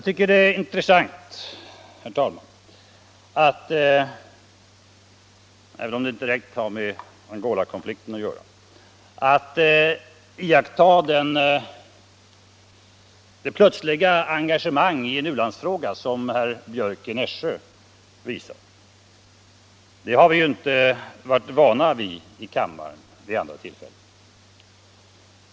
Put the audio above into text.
Herr talman! Det är intressant att iaktta det plötsliga engagemang i en u-landsfråga som herr Björck i Nässjö visar. Det har vi inte varit vana vid i kammaren vid andra tillfällen.